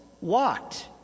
walked